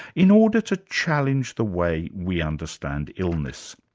in order to challenge the way we understand illness.